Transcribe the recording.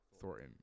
Thornton